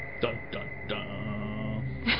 Dun-dun-dun